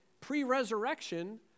pre-resurrection